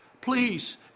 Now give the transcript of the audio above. Please